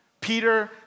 Peter